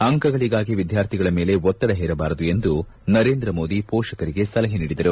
ಅಂಕಗಳಿಗಾಗಿ ವಿದ್ವಾರ್ಥಿಗಳ ಮೇಲೆ ಒತ್ತಡ ಹೇರಬಾರದು ಎಂದು ನರೇಂದ್ರ ಮೋದಿ ಮೋಷಕರಿಗೆ ಸಲಹೆ ನೀಡಿದರು